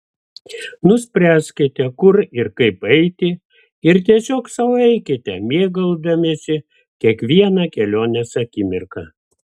nuspręskite kur ir kaip eiti ir tiesiog sau eikite mėgaudamiesi kiekviena kelionės akimirka